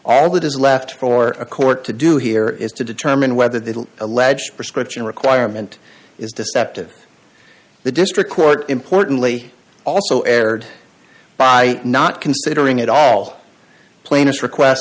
all that is left for a court to do here is to determine whether they will allege prescription requirement is deceptive the district court importantly also erred by not considering it all plaintiffs request